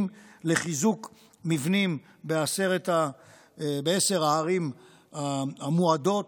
לחיזוק מבנים בעשר הערים המועדות,